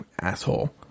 asshole